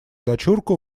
дочурку